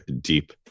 deep